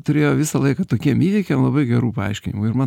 turėjo visą laiką tokiem įvykiam labai gerų paaiškinimų ir man